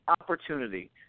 opportunity